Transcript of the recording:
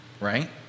right